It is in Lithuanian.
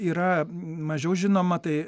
yra mažiau žinoma tai